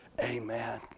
Amen